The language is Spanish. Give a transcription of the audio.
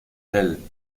del